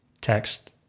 text